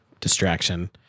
distraction